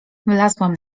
wlazłam